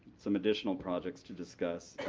some additional projects to discuss,